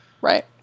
Right